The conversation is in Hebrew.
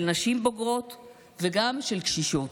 של נשים בוגרות וגם של קשישות.